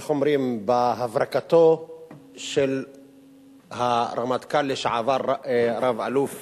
איך אומרים, בהברקתו של הרמטכ"ל לשעבר רב-אלוף